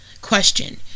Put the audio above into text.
Question